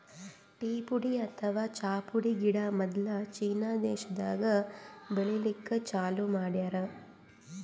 tea ಪುಡಿ ಅಥವಾ ಚಾ ಪುಡಿ ಗಿಡ ಮೊದ್ಲ ಚೀನಾ ದೇಶಾದಾಗ್ ಬೆಳಿಲಿಕ್ಕ್ ಚಾಲೂ ಮಾಡ್ಯಾರ್